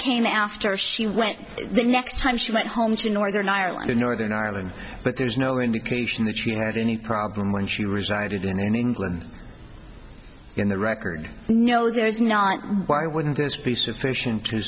came after she went the next time she went home to northern ireland in northern ireland but there's no indication that she had any problem when she resided in england in the record no there is not why wouldn't this be sufficient to